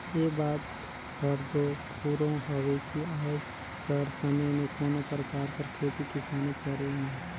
ए बात हर दो फुरों हवे कि आएज कर समे में कोनो परकार कर खेती किसानी करे में